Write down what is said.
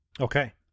okay